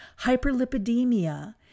Hyperlipidemia